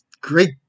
Great